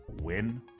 win